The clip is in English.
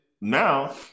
now